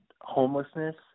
homelessness